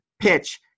PITCH